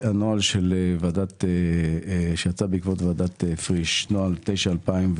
הנוהל שיצא בעקבות ועדת פריש, נוהל 9-2015,